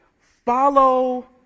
follow